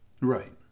Right